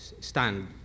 stand